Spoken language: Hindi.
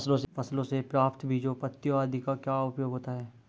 फसलों से प्राप्त बीजों पत्तियों आदि का क्या उपयोग होता है?